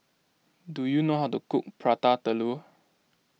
do you know how to cook Prata Telur